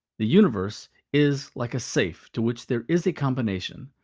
the universe is like a safe to which there is a combination.